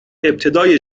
ابتدای